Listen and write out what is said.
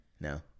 No